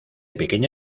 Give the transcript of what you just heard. pequeña